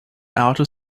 outer